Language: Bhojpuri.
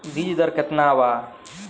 बीज दर केतना वा?